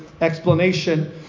explanation